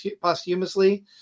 posthumously